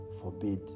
forbid